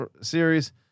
series